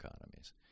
economies